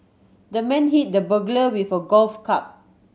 the man hit the burglar with a golf club